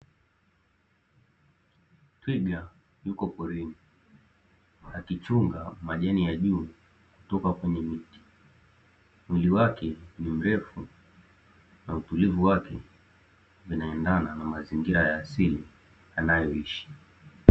Twiga yupo porini akichuma majani ya juu kutoka kwenye miti. Mwili wake ni mrefu na utulivu wake, vinaendana na mazingira ya asili anayoishi.